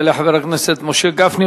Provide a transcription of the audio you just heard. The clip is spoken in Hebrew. יעלה חבר הכנסת משה גפני,